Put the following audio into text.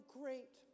great